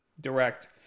direct